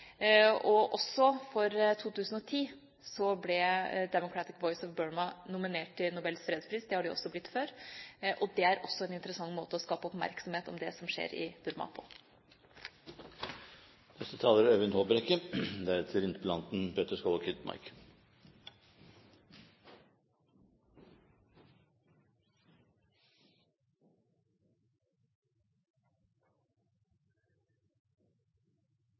Og også i 2010 ble Democratic Voice of Burma nominert til Nobels fredspris. Det har de også blitt før. Det er også en interessant måte å skape oppmerksomhet om det som skjer i Burma